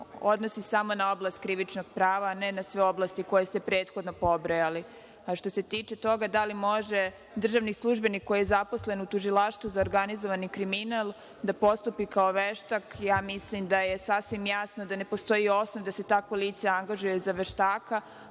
odnosi samo na oblast krivičnog prava, a ne na sve oblasti koje ste prethodno pobrojali. Što se tiče toga da li može državni službenik koji je zaposlen u Tužilaštvu za organizovani kriminal da postupi kao veštak, ja mislim da je sasvim jasno da ne postoji osnov da se takvo lice angažuje za veštaka,